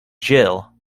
jill